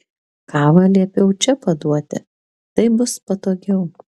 kavą liepiau čia paduoti taip bus patogiau